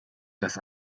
das